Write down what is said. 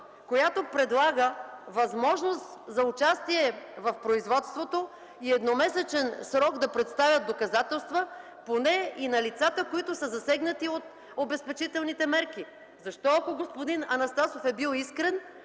която предлага възможност за участие в производството и едномесечен срок да представят доказателства поне за лицата, засегнати от обезпечителните мерки? Защо, ако господин Анастасов е бил искрен,